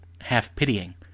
half-pitying